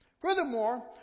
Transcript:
Furthermore